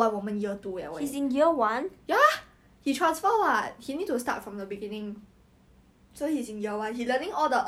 oh my god he is obsessive to the point where he has to follow all her friend's Instagram ya he follow me derrick cliff pei rong leh